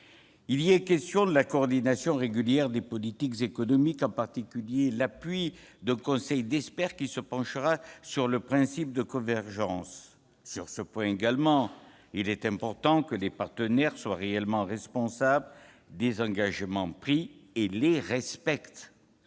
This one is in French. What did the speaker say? Il y est question de la coordination régulière des politiques économiques, et en particulier de l'institution d'un conseil d'experts qui se penchera sur le principe de convergence. Sur ce point également, il est important que les partenaires soient réellement responsables des engagements pris et les respectent.